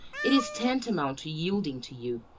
it is tantamount to yielding to you,